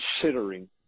considering